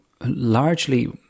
largely